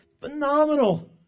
phenomenal